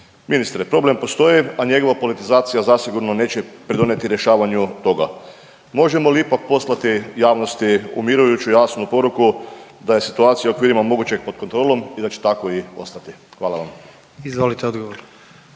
Ministre, problem postoji, a njegova politizacija zasigurno neće pridonijeti rješavanju toga. Možemo li ipak poslati javnosti umirujuću i jasnu poruku da je situacija u okvirima mogućeg pod kontrolom i da će tako i ostati? Hvala vam. **Jandroković,